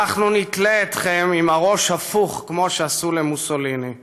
אנחנו נתלה אתכם עם הראש הפוך כמו שעשו למוסוליני.